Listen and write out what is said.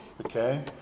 Okay